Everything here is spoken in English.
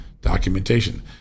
documentation